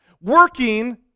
Working